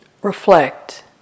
reflect